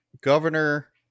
governor